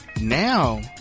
Now